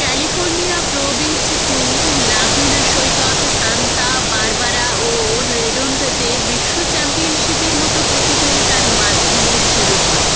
California pro beach tour Laguna সৈকত Santa Barbara ও রেডোন্টেতে বিশ্ব চ্যাম্পিয়নশিপের মতো প্রতিযোগিতার মাধ্যমে শুরু হয়